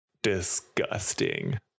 disgusting